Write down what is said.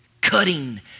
cutting